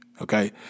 Okay